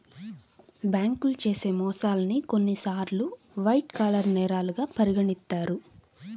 బ్యేంకులు చేసే మోసాల్ని కొన్నిసార్లు వైట్ కాలర్ నేరాలుగా పరిగణిత్తారు